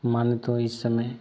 माने तो इस समय